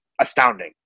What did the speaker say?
astounding